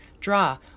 draw